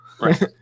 Right